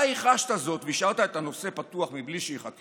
אתה הכחשת זאת והשארת את הנושא פתוח מבלי שייחקר?